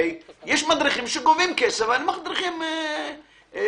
יש מדריכים שגובים כסף, הם מדריכים אקראיים.